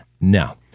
No